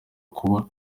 kuba